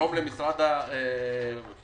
ונגרום למשרד התרבות